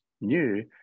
new